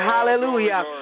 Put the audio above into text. Hallelujah